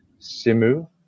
Simu